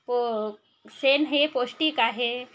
प शेण हे पौष्टिक आहे